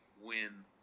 win